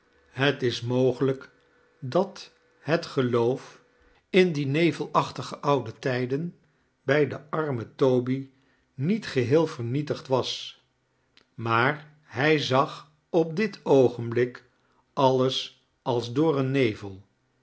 het is mogelijk dat het geloof in die nevelachtige oude tijden bij den armen toby niet geheel vernietigd was maar hij zelf zag op dit oogenblik alles als door een nevel